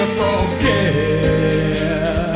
forget